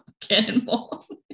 cannonballs